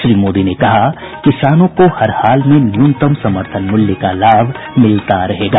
श्री मोदी ने कहा किसानों को हरहाल में न्यूनतम समर्थन मूल्य का लाभ मिलता रहेगा